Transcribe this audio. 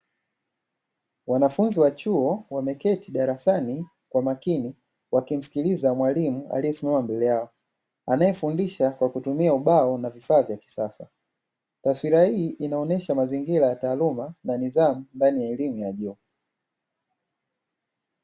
Wanafunzi wa chuo wameketi darasani kwa makini, wakimsikiliza mwalimu aliyesimama mbele yao, anayefundisha kwa kutumia ubao na vifaa vya kisasa. Taswira hii inaonyesha mazingira ya taaluma na nidhamu ndani ya elimu ya chuo.